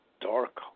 dark